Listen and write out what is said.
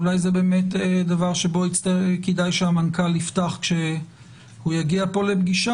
אולי זה באמת דבר שבו כדאי שהמנכ"ל יפתח כשהוא יגיע פה לפגישה